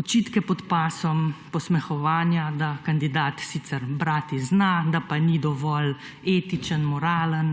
očitke pod pasom, posmehovanja, da kandidat sicer brati zna, da pa ni dovolj etičen, moralen